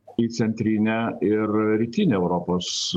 į centrinę ir rytinę europos